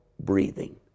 breathing